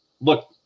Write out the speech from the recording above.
Look